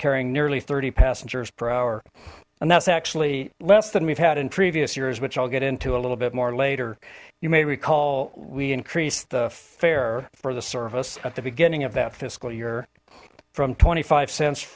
carrying nearly thirty passengers per hour and that's actually less than we've had in previous years which i'll get into a little bit more later you may recall we increase the fare for the service at the beginning of that fiscal year from twenty five cents